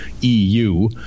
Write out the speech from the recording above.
EU